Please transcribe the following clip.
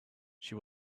she